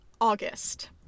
August